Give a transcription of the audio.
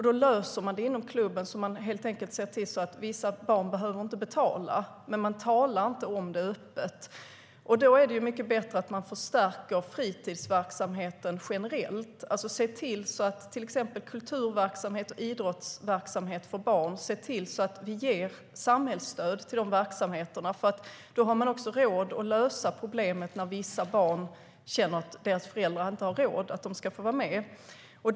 Då löser man det inom klubben och ser helt enkelt till att vissa barn inte behöver betala. Men man talar inte öppet om det. Då är det mycket bättre att vi förstärker fritidsverksamheten generellt och ser till att vi ger samhällsstöd till exempelvis kulturverksamhet och idrottsverksamhet för barn. Då har man också råd att lösa problemet när vissa barn känner att deras föräldrar inte har råd att låta dem vara med.